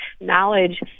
knowledge